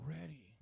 ready